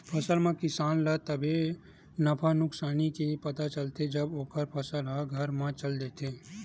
फसल म किसान ल तभे नफा नुकसानी के पता चलथे जब ओखर फसल ह घर म चल देथे